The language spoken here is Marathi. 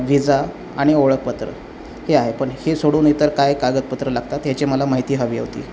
व्हिजा आणि ओळखपत्र हे आहे पण हे सोडून इतर काय कागदपत्रं लागतात याची मला माहिती हवी होती